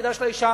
תפקידה של האשה,